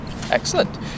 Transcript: Excellent